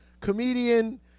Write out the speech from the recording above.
comedian